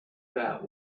that